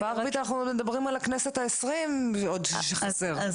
בשפה הערבית אנחנו מדברים עוד מהכנסת ה-20 על כך שחסר,